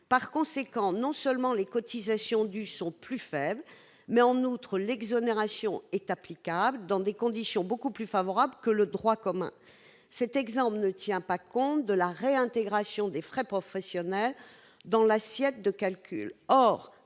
Par conséquent, non seulement les cotisations dues sont plus faibles, mais, en outre, l'exonération est applicable dans des conditions beaucoup plus favorables que celles du « droit commun ». Cet exemple ne tient pas compte de la réintégration des frais professionnels dans l'assiette de calcul.